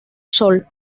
sol